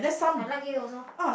I like it also